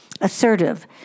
Assertive